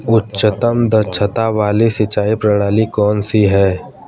उच्चतम दक्षता वाली सिंचाई प्रणाली कौन सी है?